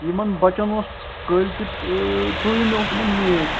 یِمَن بَچَن اوس کٲلۍکٮ۪تھ ژوٗرمہِ اوس یِمَن میچ